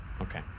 Okay